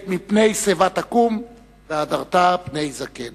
"מפני שיבה תקום, והדרת פני זקן".